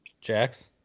Jax